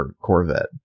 Corvette